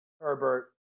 Herbert